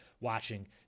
watching